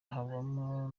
habamo